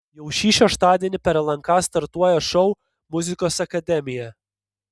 jau šį šeštadienį per lnk startuoja šou muzikos akademija